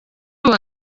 uwa